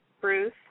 Bruce